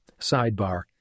Sidebar